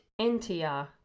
NTR